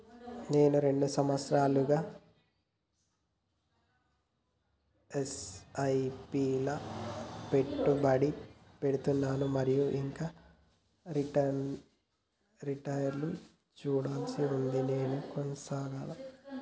నేను రెండు సంవత్సరాలుగా ల ఎస్.ఐ.పి లా పెట్టుబడి పెడుతున్నాను మరియు ఇంకా రిటర్న్ లు చూడాల్సి ఉంది నేను కొనసాగాలా?